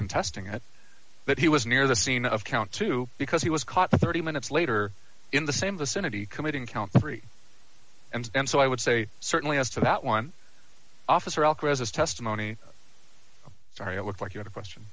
contesting it that he was near the scene of count two because he was caught thirty minutes later in the same vicinity committing count three and so i would say certainly as to that one officer elk resist testimony sorry it looks like you have a question